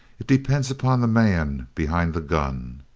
it depends upon the man behind the gun.